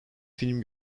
film